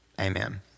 Amen